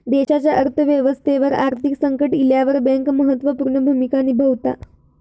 देशाच्या अर्थ व्यवस्थेवर आर्थिक संकट इल्यावर बँक महत्त्व पूर्ण भूमिका निभावता